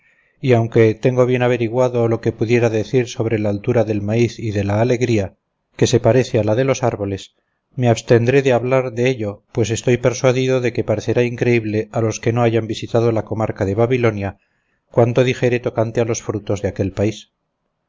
y aunque tengo bien averiguado lo que pudiera decir sobre la altura del maíz y de la alegría que se parece a la de los árboles me abstendré hablar de ello pues estoy persuadido de que parecerá increíble a los que no hayan visitado la comarca de babilonia cuanto dijere tocante a los frutos de aquel país